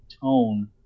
tone